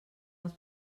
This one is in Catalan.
als